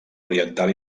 oriental